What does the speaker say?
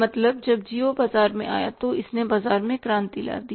मतलब जब जिओ JIO बाजार में आया तो इसने बाजार में क्रांति ला दी